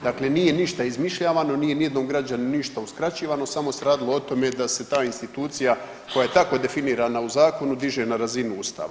Dakle, nije ništa izmišljavano, nije ni jednom građaninu ništa uskraćivano, samo se radilo o tome da se ta institucija koja je tako definirana u zakonu diže na razinu Ustava.